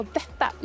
detta